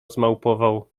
zmałpował